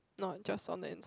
no just on the inside